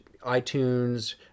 itunes